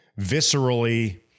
viscerally